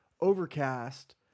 Overcast